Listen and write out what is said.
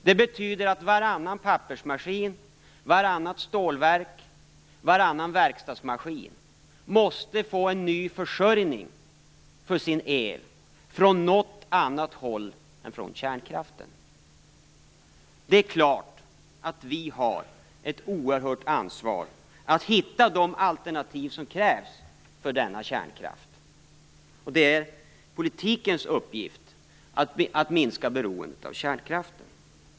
Det betyder att varannan pappersmaskin, vartannat stålverk och varannan verkstadsmaskin måste få en ny försörjning av el, från något annat håll än från kärnkraften. Det är klart att vi har ett oerhört ansvar för att hitta de alternativ som krävs till denna kärnkraft. Det är politikens uppgift att minska beroendet av kärnkraften.